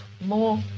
more